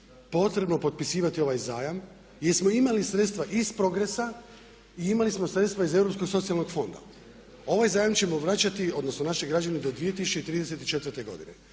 potrebno potpisivati ovaj zajam jer smo imali sredstva iz progresa i imali smo sredstva iz Europskog socijalnog fonda. Ovaj zajam ćemo vračati, odnosno naši građani do 2034.godine.